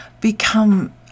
become